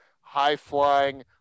high-flying